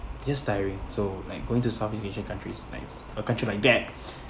just tiring so like going to southeast asian countries is nice a country like that